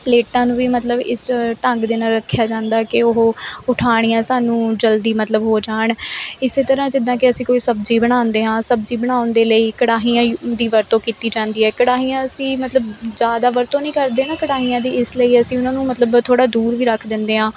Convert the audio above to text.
ਪਲੇਟਾਂ ਨੂੰ ਵੀ ਮਤਲਬ ਇਸ ਢੰਗ ਦੇ ਨਾਲ ਰੱਖਿਆ ਜਾਂਦਾ ਕਿ ਉਹ ਉਠਾਣੀਆਂ ਸਾਨੂੰ ਜਲਦੀ ਮਤਲਬ ਹੋ ਜਾਣ ਇਸੇ ਤਰ੍ਹਾਂ ਜਿੱਦਾਂ ਕਿ ਅਸੀਂ ਕੋਈ ਸਬਜੀ ਬਨਾਉਂਦੇ ਹਾਂ ਸਬਜੀ ਬਣਾਉਣ ਦੇ ਲਈ ਕੜਾਹੀਆਂ ਦੀ ਵਰਤੋਂ ਕੀਤੀ ਜਾਂਦੀ ਹੈ ਕੜਾਹੀਆਂ ਅਸੀਂ ਮਤਲਬ ਜ਼ਿਆਦਾ ਵਰਤੋਂ ਨਹੀਂ ਕਰਦੇ ਨਾ ਕੜਾਹੀਆਂ ਦੀ ਇਸ ਲਈ ਅਸੀਂ ਉਹਨਾਂ ਨੂੰ ਮਤਲਬ ਥੋੜ੍ਹਾ ਦੂਰ ਵੀ ਰੱਖ ਦਿੰਦੇ ਹਾਂ